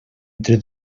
entre